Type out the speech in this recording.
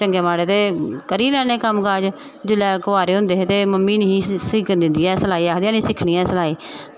चंगे माड़े ते करी गै लैने कम्म काज़ जिसलै कोआरै होंदे हे ते मम्मी निं ही सिक्खन दिंदी ऐ सिलाई आखदी ऐनी सिक्खनी ऐ सिलाई